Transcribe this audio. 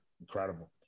incredible